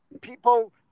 people